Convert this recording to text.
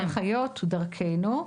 דרכנו.